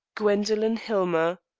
gwendoline hillmer.